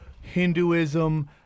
Hinduism